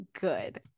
good